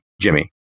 Jimmy